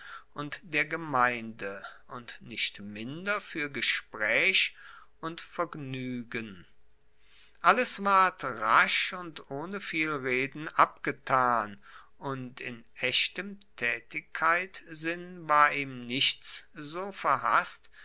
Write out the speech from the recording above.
und der gemeinde und nicht minder fuer gespraech und vergnuegen alles ward rasch und ohne viel reden abgetan und in echtem taetigkeitsinn war ihm nichts so verhasst